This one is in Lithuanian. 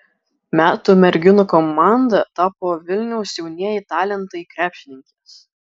metų merginų komanda tapo vilniaus jaunieji talentai krepšininkės